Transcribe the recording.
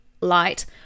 light